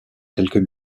quelques